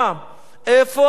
איפה הייתם,